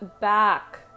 back